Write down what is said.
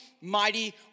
mighty